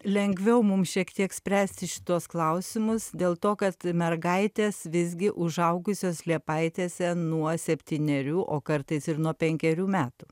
lengviau mum šiek tiek spręsti šituos klausimus dėl to kad mergaitės visgi užaugusios liepaitėse nuo septynerių o kartais ir nuo penkerių metų